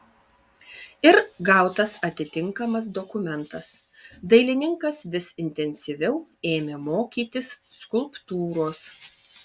ir gautas atitinkamas dokumentas dailininkas vis intensyviau ėmė mokytis skulptūros